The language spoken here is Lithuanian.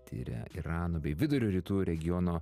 tiria irano bei vidurio rytų regiono